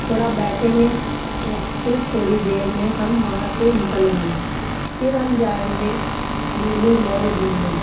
تھوڑا بیٹھیں گے پھر تھوڑی دیر میں ہم وہاں سے نکلیں گے پھر ہم جائیں گے لولو مال گھومنے